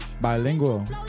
Bilingual